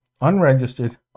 unregistered